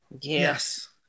Yes